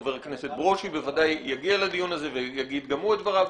חבר הכנסת ברושי בוודאי יגיע לדיון הזה ויגיד גם הוא את דבריו.